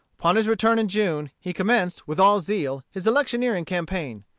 upon his return in june, he commenced with all zeal his electioneering campaign.